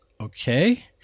okay